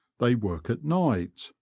they work at night,